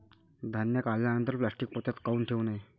धान्य काढल्यानंतर प्लॅस्टीक पोत्यात काऊन ठेवू नये?